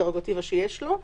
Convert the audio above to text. פררוגטיבה שיש לו,